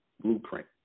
blueprint